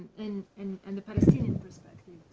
and and and the palestinian perspective.